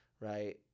right